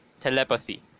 Telepathy